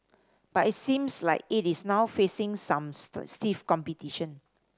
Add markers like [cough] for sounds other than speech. but it seems like it is now facing some [unintelligible] stiff competition